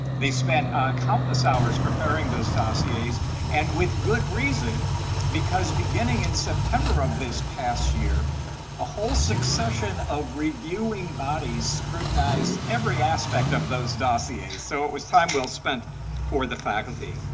they spent countless hours preparing those dossiers and with good reason because beginning in september of this past year a whole succession of reviewing bodies scrutinized every aspect of those dossiers. so it was time well spent for the faculty.